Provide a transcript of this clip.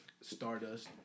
Stardust